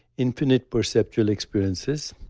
infinite perceptual experiences,